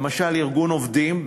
למשל ארגון עובדים,